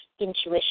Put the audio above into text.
intuition